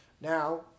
Now